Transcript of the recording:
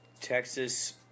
Texas